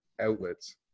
outlets